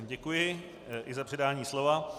Děkuji i za předání slova.